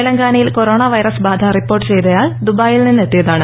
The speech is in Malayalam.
തെലങ്കാനയിൽ കൊറോണ വൈറസ് ബാധ റിപ്പോർട്ട് ചെയ്തയാൾ ദുബായിയിൽ നിന്നെത്തിയുതാണ്